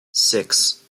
six